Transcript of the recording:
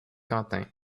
quentin